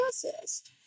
processed